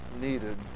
needed